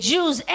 Jews